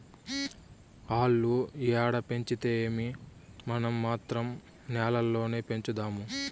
ఆల్లు ఏడ పెంచితేమీ, మనం మాత్రం నేల్లోనే పెంచుదాము